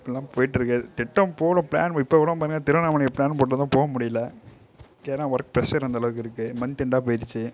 இப்படிதான் போயிட்டிருக்கு திட்டம் போடும் பிளான் இப்போ கூட பாருங்க திருவண்ணாமலைக்கு ப்ளான் போட்டு இருக்கோம் போக முடியல ஏன்னால் ஒர்க் ப்ரெஷர் அந்த அளவுக்கு இருக்குது மந்த் எண்டாக போயிடுச்சி